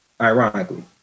ironically